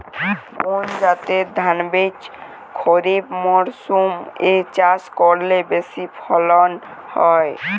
কোন জাতের ধানবীজ খরিপ মরসুম এ চাষ করলে বেশি ফলন হয়?